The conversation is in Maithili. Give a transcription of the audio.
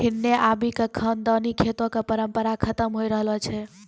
हिन्ने आबि क खानदानी खेतो कॅ परम्परा खतम होय रहलो छै